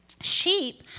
Sheep